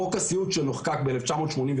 חוק הסיעוד שנחקק ב-1988,